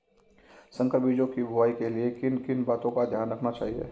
संकर बीजों की बुआई के लिए किन किन बातों का ध्यान रखना चाहिए?